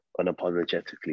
unapologetically